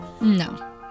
No